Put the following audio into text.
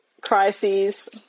crises